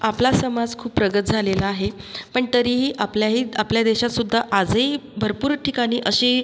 आपला समाज खूप प्रगत झालेला आहे पण तरीही आपल्याही आपल्या देशातसुद्धा आजही भरपूर ठिकाणी अशी